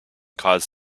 cause